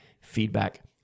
feedback